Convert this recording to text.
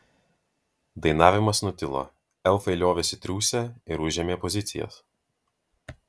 dainavimas nutilo elfai liovėsi triūsę ir užėmė pozicijas